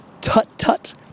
tut-tut